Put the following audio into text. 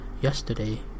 yesterday